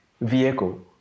vehicle